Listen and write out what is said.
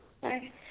Bye